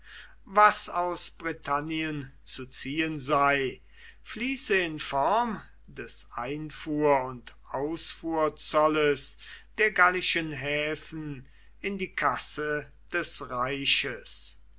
was aus britannien zu ziehen sei fließe in form des einfuhr und ausfuhrzolles der gallischen häfen in die kasse des reiches